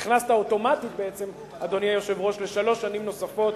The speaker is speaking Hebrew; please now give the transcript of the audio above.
נכנסת אוטומטית לשלוש שנים נוספות,